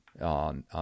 on